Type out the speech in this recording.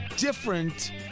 Different